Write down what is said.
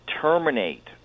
terminate